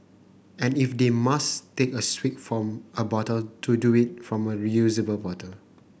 and if they must take a swig from a bottle to do it from a reusable bottle